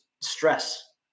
stress